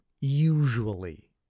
Usually